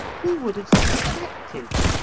who would have suspected?